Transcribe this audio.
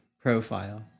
profile